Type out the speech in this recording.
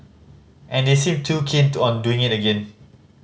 and they seem to keen to on doing it again